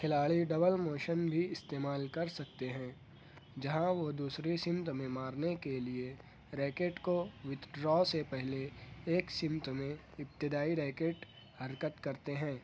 کھلاڑی double motion بھی استعمال کر سکتے ہیں جہاں وہ دوسری سمت میں مارنے کے لیے ریکیٹ کو وتھڈرا سے پہلے ایک سمت میں ابتدائی ریکیٹ حرکت کرتے ہیں